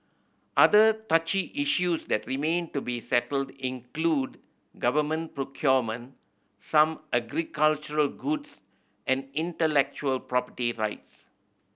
other touchy issues that remain to be settled include government procurement some agricultural goods and intellectual property rights